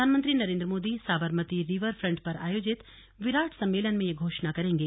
प्रधानमंत्री Narendra Modi Sabarmati river front पर आयोजित विराट सम्मेलन में यह घोषणा करेंगे